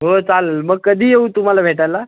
हो चालेल मग कधी येऊ तुम्हाला भेटायला